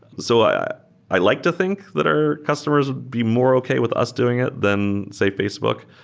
so i i like to think that our customers would be more okay with us doing it than, say, facebook.